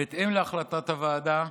בהתאם להחלטת הוועדה,